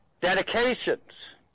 Dedications